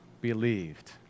believed